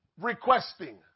requesting